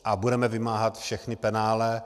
A budeme vymáhat všechna penále.